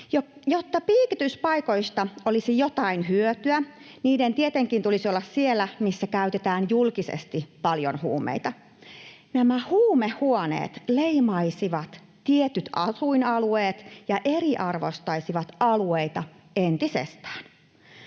Jotta piikityspaikoista olisi jotain hyötyä, niiden tietenkin tulisi olla siellä, missä käytetään julkisesti paljon huumeita. Nämä huumehuoneet leimaisivat tietyt asuin-alueet ja eriarvostaisivat alueita entisestään.